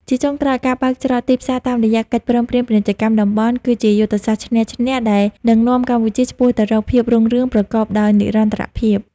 ជាចុងក្រោយ ការបើកច្រកទីផ្សារតាមរយៈកិច្ចព្រមព្រៀងពាណិជ្ជកម្មតំបន់ គឺជាយុទ្ធសាស្ត្រឈ្នះ-ឈ្នះ ដែលនឹងនាំកម្ពុជាឆ្ពោះទៅរកភាពរុងរឿងប្រកបដោយនិរន្តរភាព។